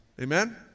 Amen